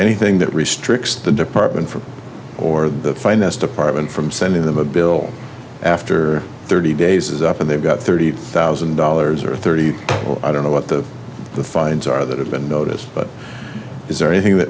anything that restricts the department for or the finest department from sending them a bill after thirty days is up and they've got thirty thousand dollars or thirty i don't know what the fines are that have been noticed but is there anything that